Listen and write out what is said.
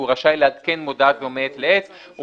והוא רשאי לעדכן מודעה זו מעת לעת," הוא